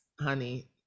honey